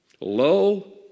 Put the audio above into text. Lo